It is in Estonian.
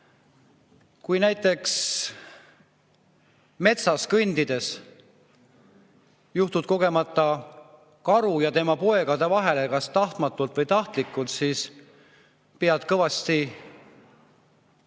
Kui näiteks metsas kõndides juhtud kogemata karu ja tema poegade vahele, kas tahtmatult või tahtlikult, siis pead kõvasti jooksu